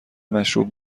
مشروب